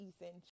essential